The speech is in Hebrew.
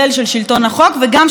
וגם של בג"ץ בתוך זה.